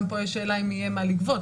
גם פה יש שאלה אם יהיה מה לגבות,